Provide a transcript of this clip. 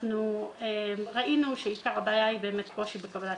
אנחנו ראינו שעיקר הבעיה היא קושי בקבלת